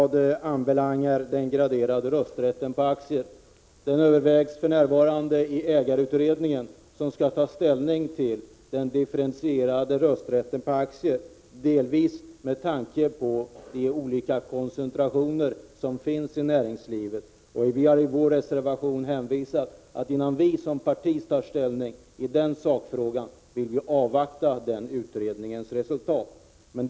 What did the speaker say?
Den graderade rösträtten övervägs för närvarande av ägarutredningen som skall ta ställning till den differentierade rösträtten för aktier, delvis med tanke på de olika koncentrationer som finns i näringslivet. I vår reservation har vi hänvisat till att vi vill avvakta resultatet av den utredningen innan vi som parti tar ställning till denna sakfråga.